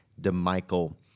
DeMichael